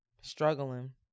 struggling